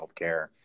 healthcare